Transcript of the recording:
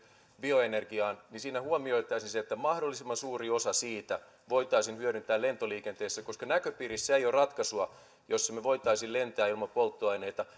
bioenergiaan huomioitaisiin se että mahdollisimman suuri osa siitä voitaisiin hyödyntää lentoliikenteessä koska näköpiirissä ei ole ratkaisua jossa me voisimme lentää ilman polttoaineita